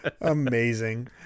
amazing